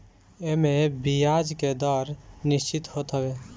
एमे बियाज के दर निश्चित होत हवे